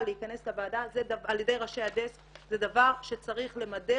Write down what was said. להכנס לוועדה על ידי ראשי הדסק זה דבר שצריך למדר